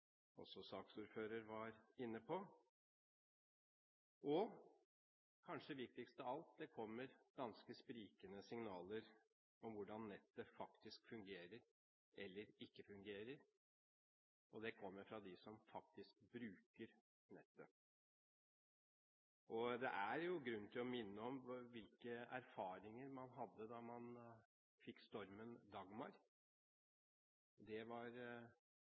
også saksordføreren var inne på, og kanskje viktigst av alt: Det kommer ganske sprikende signaler om hvordan nettet faktisk fungerer – eller ikke fungerer – og det kommer fra dem som faktisk bruker nettet. Det er grunn til å minne om hvilke erfaringer man hadde da man fikk stormen «Dagmar». Det var